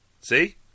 See